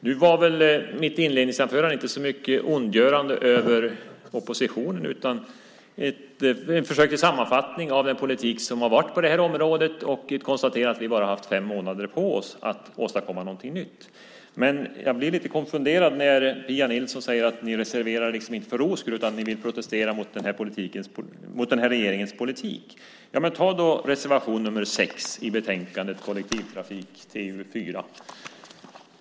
Nu var väl mitt inledningsanförande inte så mycket ett ondgörande över oppositionen utan ett försök till sammanfattning av den politik som har förts på det här området och ett konstaterande av att vi bara hade haft fem månader på oss att åstadkomma någonting nytt. Men jag blir lite konfunderad när Pia Nilsson säger att ni inte reserverar er för ro skull utan för att ni vill protestera mot den här regeringens politik. Ta då reservation nr 6 i betänkandet om kollektivtrafik, TU4.